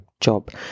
job